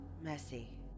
messy